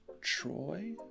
Troy